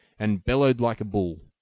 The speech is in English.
and bellowed like a bull.